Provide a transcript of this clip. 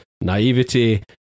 naivety